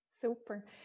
Super